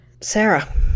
Sarah